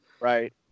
Right